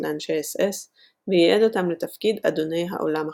לאנשי אס־אס וייעד אותם לתפקיד אדוני העולם החדשים.